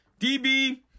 DB